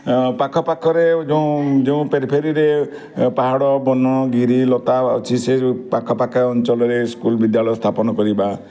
ପାଖ ପାଖରେ ଯେଉଁ ଯେଉଁ ପେରି ଫେରିରେ ପାହାଡ଼ ବନ ଗିରି ଲତା ଅଛି ସେ ଯେଉଁ ପାଖ ପାଖ ଅଞ୍ଚଲରେ ସ୍କୁଲ୍ ବିଦ୍ୟାଳୟ ସ୍ଥାପନ କରିବା